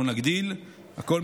אנחנו נגדיל, כמו שאמרתי.